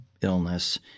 illness